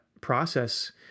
process